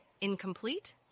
incomplete